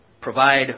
provide